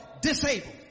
disabled